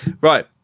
Right